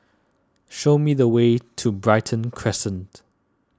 show me the way to Brighton Crescent